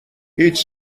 هیچ